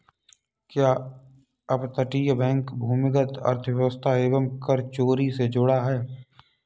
क्या अपतटीय बैंक भूमिगत अर्थव्यवस्था एवं कर चोरी से जुड़ा है?